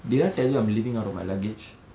did I tell you I'm living out of my luggage